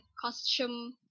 costume